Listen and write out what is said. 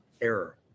error